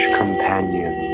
companion